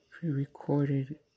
pre-recorded